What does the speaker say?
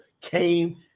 came